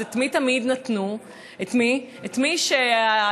אז את מי תמיד נתנו?